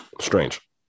Strange